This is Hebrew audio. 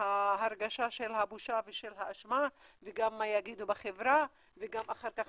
ההרגשה של הבושה ושל האשמה וגם מה יגידו בחברה וגם אחר כך